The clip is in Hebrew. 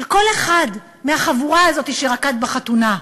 של כל אחד מהחבורה הזאת שרקד בחתונה.